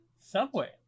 subway